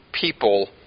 people